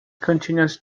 continues